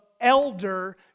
elder